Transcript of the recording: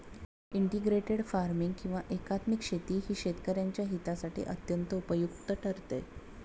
integrated farming किंवा एकात्मिक शेती ही शेतकऱ्यांच्या हितासाठी अत्यंत उपयुक्त ठरते